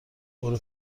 برو